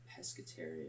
Pescatarian